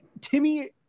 Timmy